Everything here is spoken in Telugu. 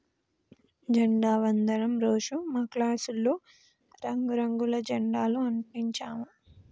జెండా వందనం రోజు మా క్లాసులో రంగు రంగుల జెండాలు అంటించాము